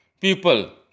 people